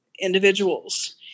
individuals